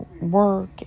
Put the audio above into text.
work